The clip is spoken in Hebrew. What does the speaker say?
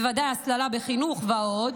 בוודאי הסללה בחינוך ועוד,